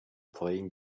playing